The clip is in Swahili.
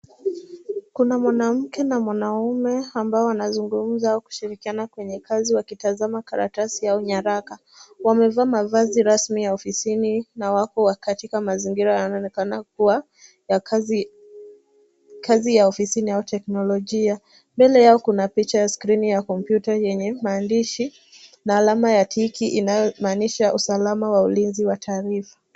Kuna mwanamke na mwanaume, ambao wanazungumza wakishirikiana kwenye kazi wakitazama karatasi au nyaraka. wamevaa mavazi rasmi ya ofisini, na Wako katika mazingira yanayoonekana kuwa ya kazi ya ofisi au teknolojia. Mbele yao kuna picha ya skrini ya kompyuta picha ya maandishi na alama ya tiki, ianayo maanisha usalama wa ulinzi wa taarifa .